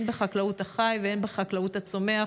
הן בחקלאות החי והן בחקלאות הצומח.